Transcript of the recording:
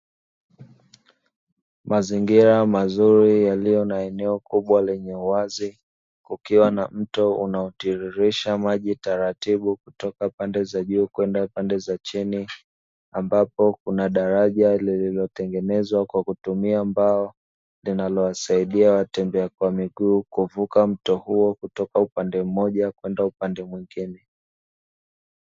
Mazingira mazuri yaliyo na eneo kubwa lenye uwazi kukiwa na mto unaotiririsha maji taratibu kutoka pande za juu kwenda pande za chini ambapo kuna daraja lililotengenezwa kwa kutumia mbao linalowasaidia watembea kwa miguu kuvuka mto huo kutoka upande mmoja kwenda upande mwingine.